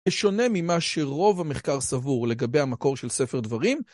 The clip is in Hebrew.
זה שונה ממה שרוב המחקר סבור לגבי המקור של ספר דברים.